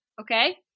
Okay